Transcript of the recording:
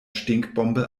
stinkbombe